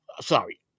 sorry